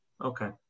okay